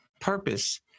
purpose